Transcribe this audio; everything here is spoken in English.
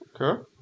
Okay